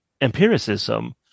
empiricism